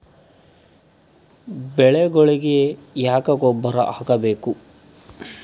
ಬೆಳಿಗೊಳಿಗಿ ಯಾಕ ಗೊಬ್ಬರ ಹಾಕಬೇಕು?